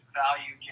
value